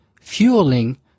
fueling